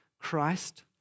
Christ